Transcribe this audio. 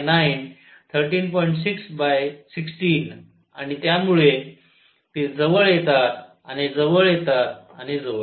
6 16 आणि त्यामुळे ते जवळ येतात आणि जवळ येतात आणि जवळ